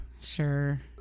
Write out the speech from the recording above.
Sure